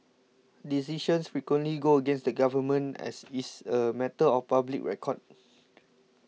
decisions frequently go against the government as is a matter of public record